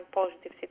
positive